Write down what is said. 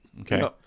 Okay